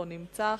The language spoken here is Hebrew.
לא נמצא,